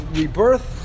rebirth